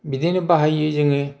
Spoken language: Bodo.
बिदिनो बाहायो जोङो